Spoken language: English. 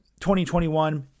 2021